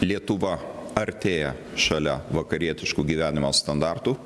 lietuva artėja šalia vakarietiško gyvenimo standartų